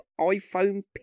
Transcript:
iPhone